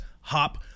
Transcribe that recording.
hop